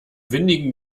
windigen